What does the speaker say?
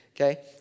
Okay